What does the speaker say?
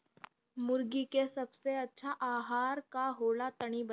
मुर्गी के सबसे अच्छा आहार का होला तनी बताई?